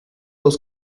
los